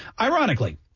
Ironically